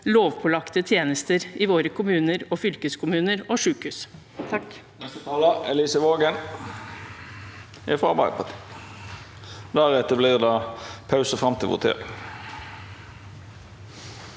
lovpålagte tjenester i våre kommuner, fylkeskommuner og sykehus.